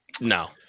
No